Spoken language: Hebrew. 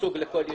ייצוג לכל ישוב.